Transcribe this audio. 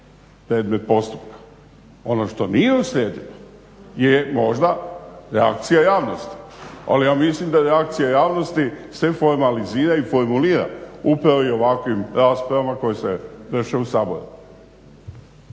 predmet postupka. Ono što nije uslijedilo je možda reakcija javnosti, ali ja mislim da reakcija javnosti se formalizira i formulira upravo i ovakvim raspravama koje se dešavaju u Saboru.